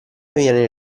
viene